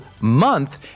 month